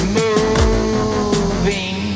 moving